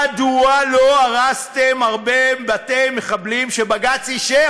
מדוע לא הרסתם הרבה בתי מחבלים שבג"ץ אישר?